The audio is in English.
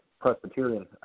Presbyterian